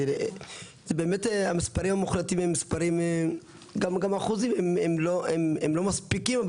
באמת המספרים המוחלטים וגם האחוזים הם לא מספיקים,